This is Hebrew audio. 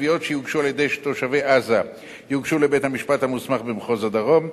תביעות שיוגשו על-ידי תושבי עזה יוגשו לבית-המשפט המוסמך במחוז הדרום,